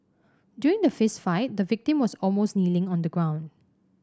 during the fist fight the victim was almost kneeling on the ground